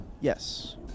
Yes